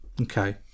Okay